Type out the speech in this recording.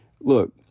Look